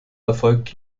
erfolgt